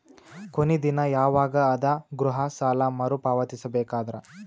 ಕೊನಿ ದಿನ ಯವಾಗ ಅದ ಗೃಹ ಸಾಲ ಮರು ಪಾವತಿಸಬೇಕಾದರ?